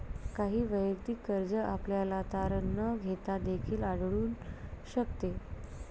काही वैयक्तिक कर्ज आपल्याला तारण न घेता देखील आढळून शकते